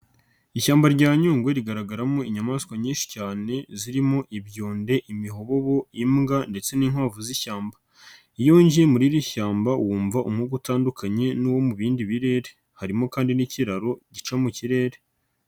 Ishyamba rya Nyungwe rigaragaramo inyamaswa nyinshi cyane zirimo: ibyonde, imihobobo, imbwa ndetse n'inkwavu z'ishyamba, iyo winjiye muri iri shyamba wumva umwuka utandukanye n'uwo mu bindi birere harimo kandi n'ikiraro gica mu kirere.